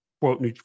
quote